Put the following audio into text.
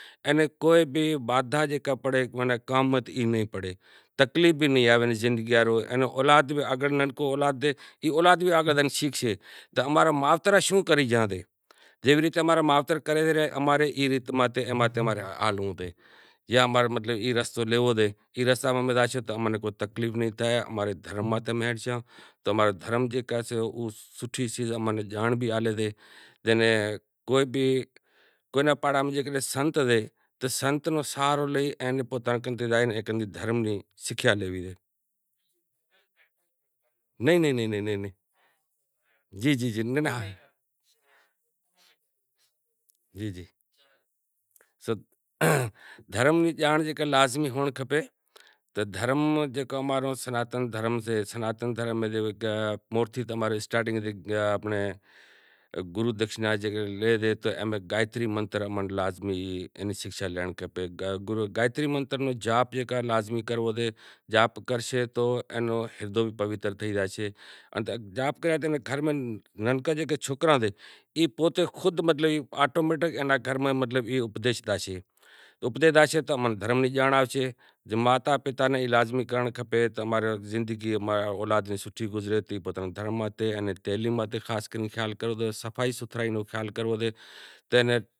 اینے کوئی بھی وادھا زکو پڑے او نئیں پڑے اماں رو نانکو اولاد سے ای بھی شیکھشے کہ اماں را مائتراں شوںکری گیا تیں، جیوی ریت اماں را مائتر کرے ریا ای ریت ہلنووں پڑے جیوی ریت اماں را مائتر کری ریا ای ریت تمیں زاشو تو تمیں کو تکلیف نہیں تھے اماں رے دھرم ماتھے ہلشاں تو اماں نیں دھرم نی بھو سوٹھی جانڑ آلشے تو کوئی بھی پاڑاں میں کوئی سنت سے تو سنت نو سہارو لئی دھرم نی سگھیا نو سہارو لئی آگر زانڑو پڑے۔ ماتا پتا نیں ای لازمی کرنڑ کھپے کہ تعلیم ماتھے خاص خیال راکھنڑو پڑے۔